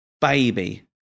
baby